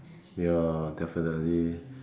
ya definitely